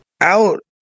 Out